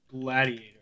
Gladiator